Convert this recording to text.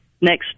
next